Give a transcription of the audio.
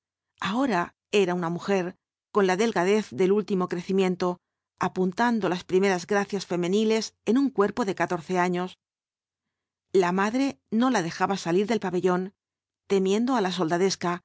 ahora era una mujer con la delgadez del último crecimiento apuntando las primeras gracias femeniles en su cuerpo de catorce años la madre no la dejaba salir del pabellón temiendo á la soldadesca